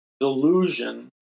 delusion